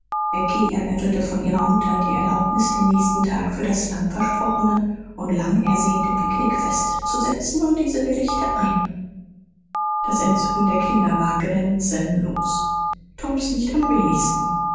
becky erbettelte von ihrer mutter die erlaubnis den nächsten tag für das lang versprochene und lang ersehnte picknick festzusetzen und diese willigte ein das entzücken der kinder war grenzenlos toms nicht am wenigsten